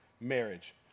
marriage